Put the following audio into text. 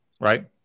right